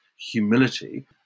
humility